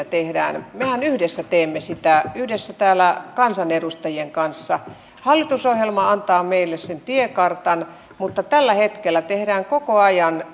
tehdään mehän teemme sitä yhdessä täällä kansanedustajien kanssa hallitusohjelma antaa meille sen tiekartan mutta tällä hetkellä tehdään koko ajan